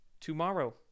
tomorrow